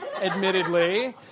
admittedly